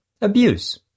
abuse